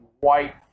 white